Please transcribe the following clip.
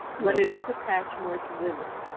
but it is attached more to women.